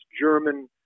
German